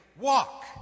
walk